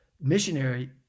missionary